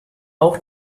auch